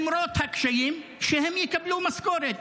שהם יקבלו משכורת.